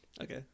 Okay